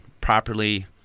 properly